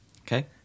Okay